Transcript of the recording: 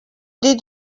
did